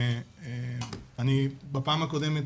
ואני בפעם הקודמת,